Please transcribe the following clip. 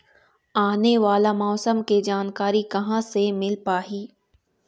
आने वाला मौसम के जानकारी कहां से मिल पाही?